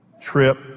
trip